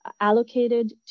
allocated